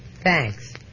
Thanks